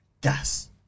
gas